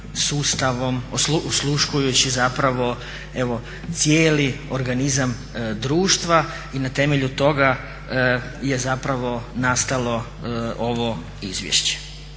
sustavom osluškujući evo cijeli organizam društva i na temelju toga je nastalo ovo izvješće.